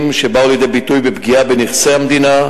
שבאו לידי ביטוי בפגיעה בנכסי מדינה,